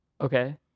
okay